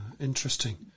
Interesting